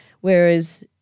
Whereas